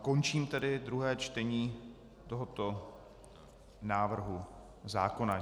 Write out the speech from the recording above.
Končím tedy druhé čtení tohoto návrhu zákona.